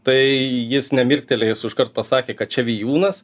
tai jis nemirktelėjęs užkart pasakė kad čia vijūnas